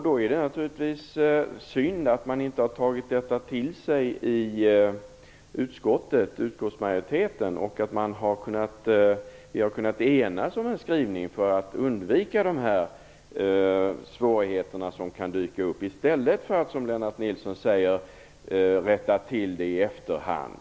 Det är då naturligtvis synd att utskottsmajoriteten inte har tagit till sig detta och att vi inte har kunnat enas om en skrivning för att undvika de svårigheter som kan dyka upp, i stället för att, som Lennart Nilsson förespråkar, rätta till förhållandena i efterhand.